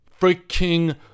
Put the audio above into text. freaking